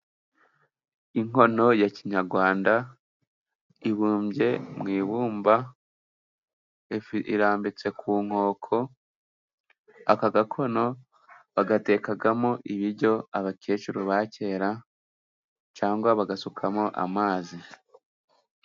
Inkono ya kinyarwanda ibumbye mu ibumba irambitse ku nkoko. Aka gakono bagatekagamo ibiryo abakecuru ba kera cyangwa bagasukamo amazi.